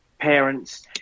parents